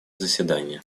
заседания